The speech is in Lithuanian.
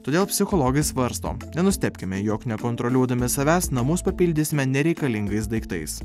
todėl psichologai svarsto nenustebkime jog nekontroliuodami savęs namus papildysime nereikalingais daiktais